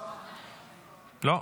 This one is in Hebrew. לא.